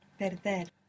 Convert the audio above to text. Perder